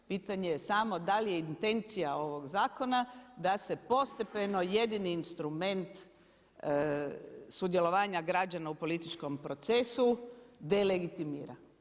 Pitanje je samo da li je intencija ovog zakona da se postepeno jedini instrument sudjelovanja građana u političkom procesu delegitimira.